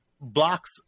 blocks